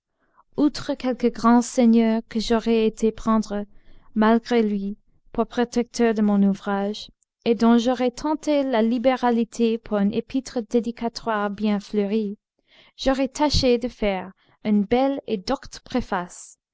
outre quelque grand seigneur que j'aurais été prendre malgré lui pour protecteur de mon ouvrage et dont j'aurais tenté la libéralité par une épître dédicatoire bien fleurie j'aurais tâché de faire une belle et docte préface